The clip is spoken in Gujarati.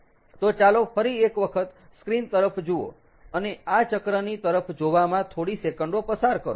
તો ચાલો ફરી એક વખત સ્ક્રીન તરફ જુઓ અને આ ચક્રની તરફ જોવામાં થોડી સેકન્ડો પસાર કરો